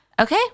Okay